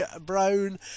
Brown